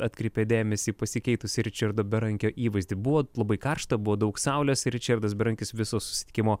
atkreipė dėmesį į pasikeitusį ričardo berankio įvaizdį buvo labai karšta buvo daug saulės ir ričardas berankis viso susitikimo